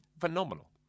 phenomenal